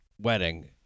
Wedding